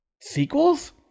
sequels